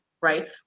right